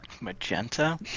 magenta